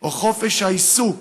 או חופש העיסוק